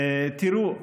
תראו,